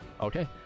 Okay